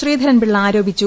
ശ്രീധരൻപിള്ള ആരോപിച്ചു